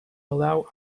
allow